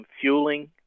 fueling